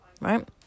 right